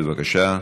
בבקשה,